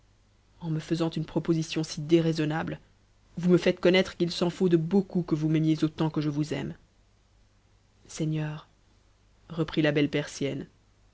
en c faisant une proposition si déraisonnable vous me faites connaître qu'il s'p faut de beaucoup que vous m'aimiez autant que je vous aime seigneur reprit la belle persienne